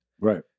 Right